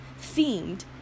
themed